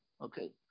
Okay